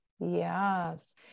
Yes